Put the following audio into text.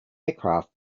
aircraft